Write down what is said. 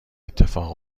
اتفاق